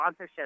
sponsorships